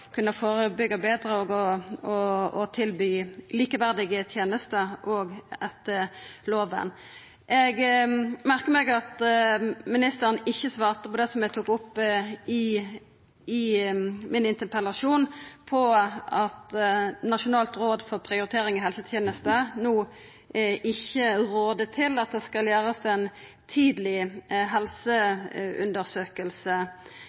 kunna førebyggja betre og tilby likeverdige tenester òg etter lova. Eg merka meg at ministeren ikkje svarte på det som eg tok opp i min interpellasjon, at Nasjonalt råd for prioritering i helse- og omsorgstenesta no ikkje rår til at det skal gjerast ei tidleg